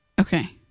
Okay